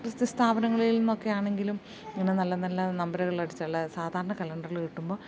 സ്ഥാപനങ്ങളിൽ നിന്നൊക്കെ ആണെങ്കിലും ഇങ്ങനെ നല്ല നല്ല നമ്പറകൾ അടിച്ചുള്ള സാധാരണ കലണ്ടറ്കൾ കിട്ടുമ്പോൾ